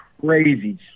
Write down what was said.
crazy